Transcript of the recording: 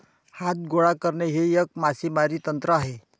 हात गोळा करणे हे एक मासेमारी तंत्र आहे